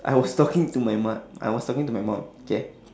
I was talking to my mu~ I was talking to my mum okay